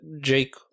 Jake